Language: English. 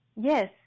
Yes